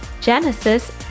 Genesis